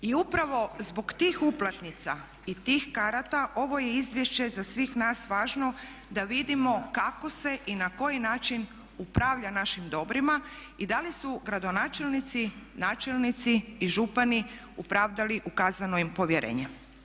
I upravo zbog tih uplatnica i tih karata, ovo je izvješće za sve nas važno da vidimo kako se i na koji način upravlja našim dobrima i da li su gradonačelnici, načelnici i župani opravdali ukazano im povjerenje.